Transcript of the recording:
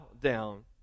down